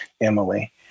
Emily